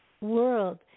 world